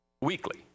weekly